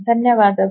ಧನ್ಯವಾದಗಳು